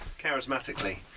charismatically